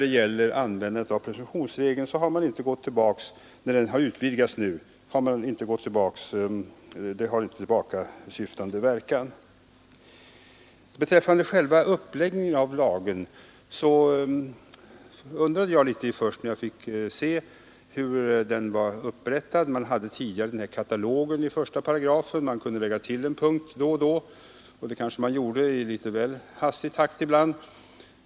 Det utvidgade användandet av presumtionsregeln har inte heller tillbakasyftande verkan. När jag först fick se själva uppläggningen av lagen, undrade jag litet hur den var upprättad. Man hade tidigare den här katalogen i 1 § med olika expropriationsändamål. Man kunde lägga till en punkt då och då. Ibland kanske man gjorde det i litet väl hastig takt.